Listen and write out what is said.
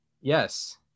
Yes